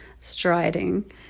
striding